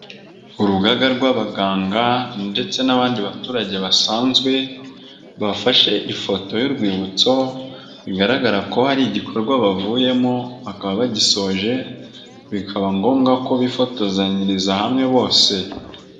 Urugaga rw'abaganga ndetse n'abandi baturage basanzwe, bafashe ifoto y'urwibutso, bigaragara ko hari igikorwa bavuyemo bakaba bagisoje, bikaba ngombwa ko bifotozanyiriza hamwe bose.